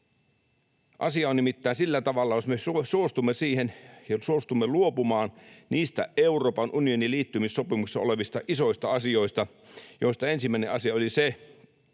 Asia on nimittäin sillä tavalla, että meidän ei pidä suostua luopumaan niistä Euroopan unionin liittymissopimuksessa olevista isoista asioista, joista ensimmäinen asia oli se,